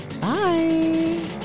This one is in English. Bye